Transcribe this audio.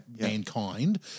mankind